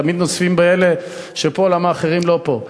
תמיד נוזפים באלה שפה למה אחרים לא פה.